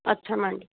अच्छा मैडम